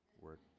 work